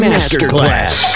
Masterclass